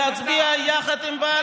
היום אתם מגיעים להצביע יחד עם בל"ד.